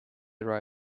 are